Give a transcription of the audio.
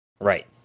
right